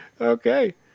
Okay